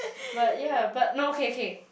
but ya but no okay okay